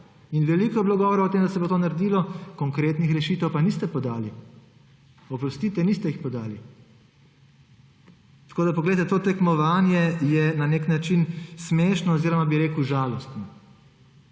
Veliko je bilo govora o tem, da se bo to naredilo, konkretnih rešitev pa niste podali. Oprostite, niste jih podali. To tekmovanje je na nek način smešno oziroma bi rekel žalostno.